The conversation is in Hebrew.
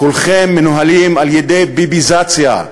כולכם מנוהלים על-ידי ביביזציה.